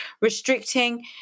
restricting